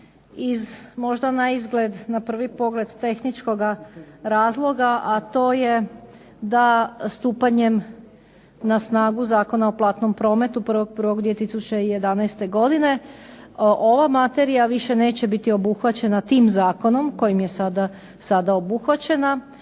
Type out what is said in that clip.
možda naizgled na prvi pogled tehničkoga razloga, a to je da stupanjem na snagu Zakona o platnom prometu 1.1.2011. godine ova materija više neće biti obuhvaćena tim zakonom kojim je sada obuhvaćena